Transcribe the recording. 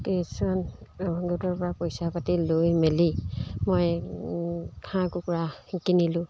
কিছুমান গোটৰ পৰা পইচা পাতি লৈ মেলি মই হাঁহ কুকুৰা কিনিলোঁ